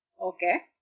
Okay